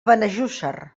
benejússer